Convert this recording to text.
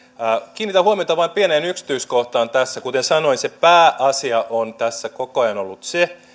kiinnitän huomiota vain pieneen yksityiskohtaan tässä kuten sanoin se pääasia on tässä koko ajan ollut se